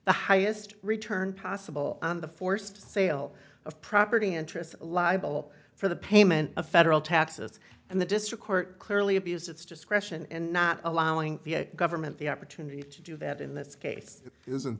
the highest return possible on the forced sale of property interests liable for the payment of federal taxes and the district court clearly abused its discretion and not allowing the government the opportunity to do that in this case isn't